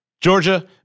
Georgia